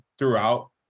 throughout